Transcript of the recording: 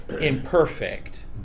imperfect